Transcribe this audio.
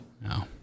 No